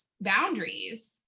boundaries